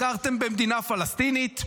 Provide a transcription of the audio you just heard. הכרתם במדינה פלסטינית.